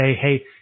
hey